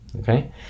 okay